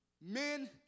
Men